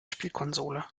spielkonsole